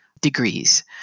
degrees